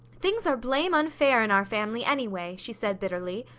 things are blame unfair in our family, anyway! she said, bitterly.